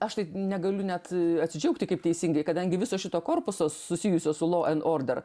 aš tai negaliu net i atsidžiaugti kaip teisingai kadangi viso šito korpuso susijusio su lo ant order